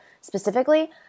specifically